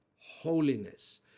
holiness